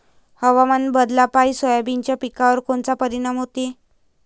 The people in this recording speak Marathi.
हवामान बदलापायी सोयाबीनच्या पिकावर कोनचा परिणाम होते?